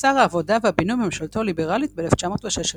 כשר העבודה והבינוי בממשלתו הליברלית ב-1916,